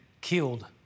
killed